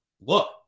Look